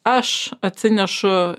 aš atsinešu